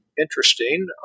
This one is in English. interesting